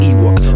Ewok